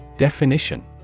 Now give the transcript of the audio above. Definition